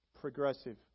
progressive